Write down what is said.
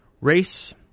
Race